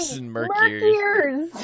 Mercury